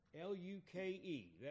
L-U-K-E